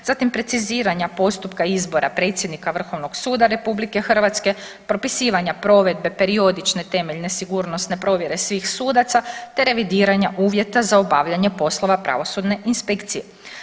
Zatim preciziranja postupka izbora predsjednika Vrhovnog suda RH, propisivanja provedbe periodične temeljne sigurnosne provjere svih sudaca, te revidiranja uvjeta za obavljanje poslova pravosudne inspekcije.